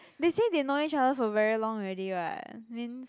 they say they know each other for very long already [what] means